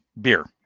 beer